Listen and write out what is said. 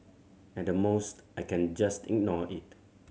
at the most I can just ignore it